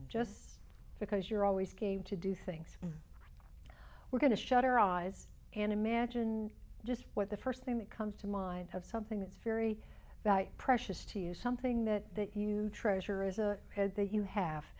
just because you're always game to do things we're going to shut her eyes and imagine just what the first thing that comes to mind of something that's very precious to you something that that you treasure is a head that you have